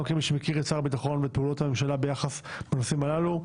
גם כמי שמכיר את שר הביטחון ואת פעולות הממשלה ביחס לנושאים הללו,